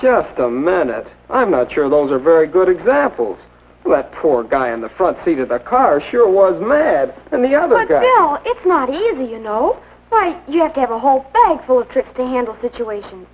just a minute i'm not sure those are very good examples of that poor guy in the front seat of a car sure was my dad and the other guy it's not easy you know why you have to have a whole bag full of tricks to handle situations